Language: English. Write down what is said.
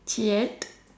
cheeat